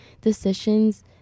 decisions